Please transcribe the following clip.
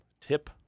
tip